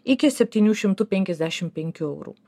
iki septynių šimtų penkiasdešimt penkių eurų